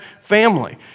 family